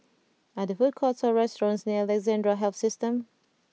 are there food courts or restaurants near Alexandra Health System